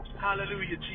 Hallelujah